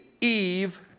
Eve